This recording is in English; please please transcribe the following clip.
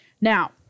Now